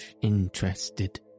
interested